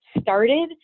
started